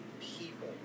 people